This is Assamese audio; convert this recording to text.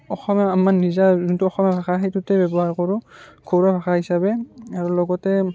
অসমীয়া আমাৰ নিজা যোনটো অসমীয়া ভাষা সেইটোতে ব্য়ৱহাৰ কৰোঁ ঘৰুৱা ভাষা হিচাপে আৰু লগতে